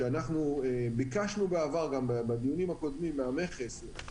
שביקשנו בעבר גם בדיונים הקודמים מהמכס,